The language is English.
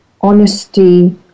Honesty